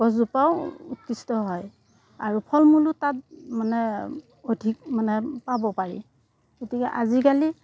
গছজোপাও উৎকৃষ্ট হয় আৰু ফল মূলো তাত মানে অধিক মানে পাব পাৰি গতিকে আজিকালি